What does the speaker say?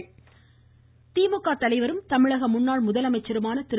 கருணாநிதி திமுக தலைவரும் தமிழக முன்னாள் முதலமைச்சருமான திரு